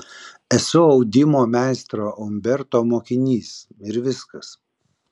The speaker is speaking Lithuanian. esu audimo meistro umberto mokinys ir viskas